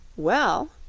well,